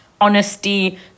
honesty